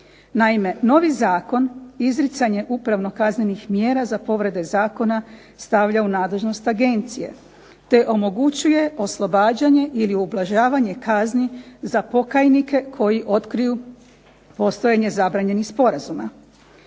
Naime, novi zakon izricanje upravno-kaznenih mjera za povrede zakona stavlja u nadležnost agencije te omogućuje oslobađanje ili ublažavanje kazni za pokajnike koji otkriju postojanje zabranjenih sporazuma.